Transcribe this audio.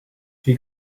she